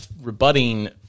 rebutting